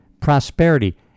prosperity